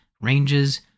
ranges